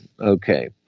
Okay